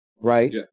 right